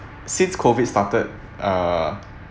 since COVID started err